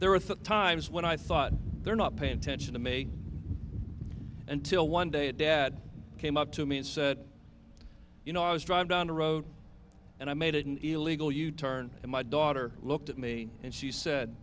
there were thought times when i thought they're not paying attention to me until one day a dad came up to me and said you know i was driving down the road and i made an illegal u turn and my daughter looked at me and she said